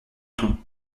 ton